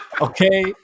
okay